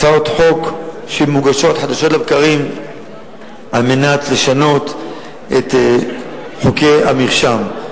הצעות חוק שמוגשות חדשות לבקרים על מנת לשנות את חוקי המרשם.